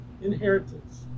inheritance